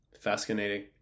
Fascinating